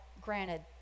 granted